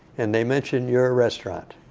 and they mention your restaurant.